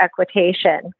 equitation